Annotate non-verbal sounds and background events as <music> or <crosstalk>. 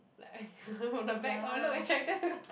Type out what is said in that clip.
like <laughs> from the back I look attractive <laughs>